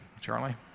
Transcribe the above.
Charlie